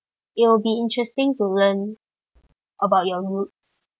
it'll be interesting to learn about your roots